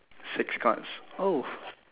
six cards oh